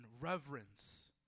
reverence